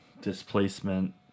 displacement